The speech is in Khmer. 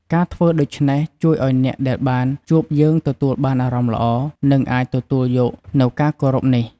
ការធ្វើដូច្នេះជួយឲ្យអ្នកដែលបានជួបយើងទទួលបានអារម្មណ៍ល្អ និងអាចទទួលយកនូវការគោរពនេះ។